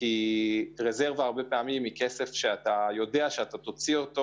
כי רזרבה הרבה פעמים היא כסף שאתה יודע שתוציא אותו